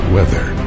weather